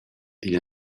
igl